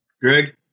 Greg